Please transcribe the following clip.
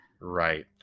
Right